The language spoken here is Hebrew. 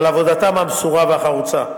על עבודתם המסורה והחרוצה.